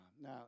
Now